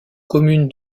commune